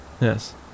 Yes